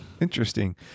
Interesting